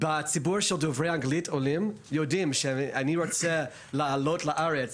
בציבור של עולים דוברי אנגלית יודעים שמי שרוצה לעלות לארץ